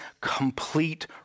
complete